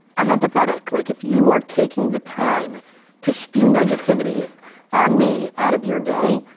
i'm empathetic. like if you are taking the time to spew negativity on me out of your day,